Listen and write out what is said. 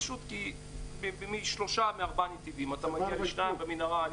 פשוט כי משלושה- ארבעה נתיבים אתה מגיע לשניים ומנהרה,